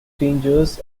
dangers